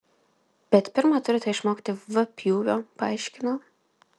bet pirma turite išmokti v pjūvio paaiškino